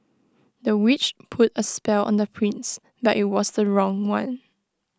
the witch put A spell on the prince but IT was the wrong one